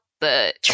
But-